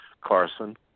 Carson